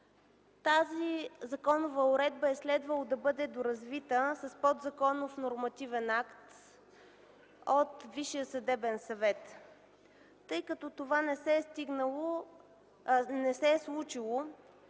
Тази законова уредба е следвало да бъде доразвита с подзаконов нормативен акт от Висшия съдебен съвет. Тъй като това не се е случило,